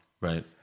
Right